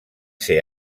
ser